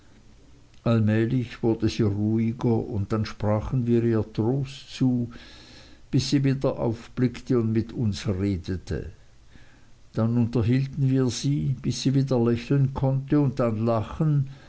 allmählich wurde sie ruhiger und dann sprachen wir ihr trost zu bis sie wieder aufblickte und mit uns redete dann unterhielten wir sie bis sie wieder lächeln konnte und dann lachen